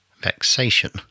vexation